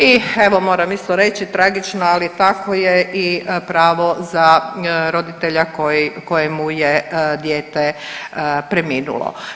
I evo moram isto reći tragično ali tako je i pravo za roditelja koji, kojemu je dijete preminulo.